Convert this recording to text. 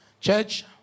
Church